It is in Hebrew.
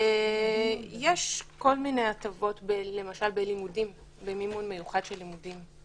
יש כל מיני הטבות, למשל במימון מיוחד של לימודים.